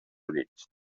units